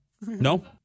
No